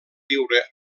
viure